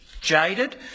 jaded